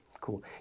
cool